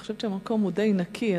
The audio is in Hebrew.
אני חושבת שהמקום די נקי,